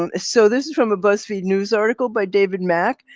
um so this is from a buzzfeed news article by david mack.